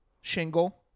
shingle